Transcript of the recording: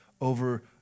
over